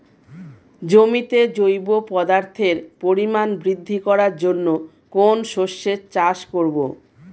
জমিতে জৈব পদার্থের পরিমাণ বৃদ্ধি করার জন্য কোন শস্যের চাষ করবো?